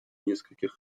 нескольких